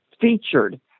featured